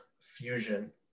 Fusion